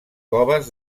coves